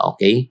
Okay